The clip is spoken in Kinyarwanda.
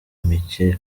mike